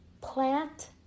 Plant